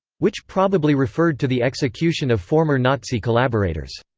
which probably referred to the execution of former nazi collaborators.